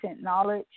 knowledge